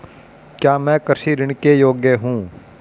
क्या मैं कृषि ऋण के योग्य हूँ?